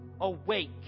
awake